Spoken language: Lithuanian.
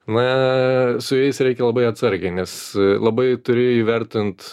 na su jais reikia labai atsargiai nes labai turi įvertint